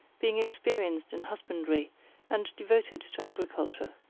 being experienced in husbandry and devoted to agriculture.